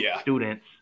students